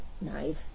knife